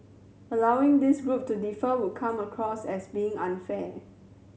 allowing this group to defer would come across as being unfair